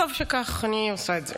וטוב שכך, אני עושה את זה.